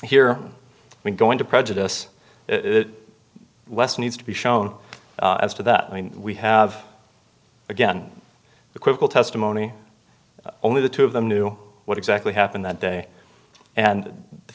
here we're going to prejudice it less needs to be shown as to that i mean we have again the critical testimony only the two of them knew what exactly happened that day and